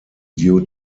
due